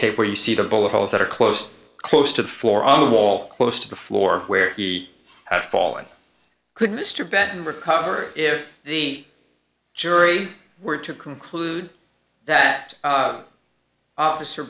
tape where you see the bullet holes that are close close to the floor on the wall close to the floor where he had fallen could mr benton recover if the jury were to conclude that officer